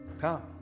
Come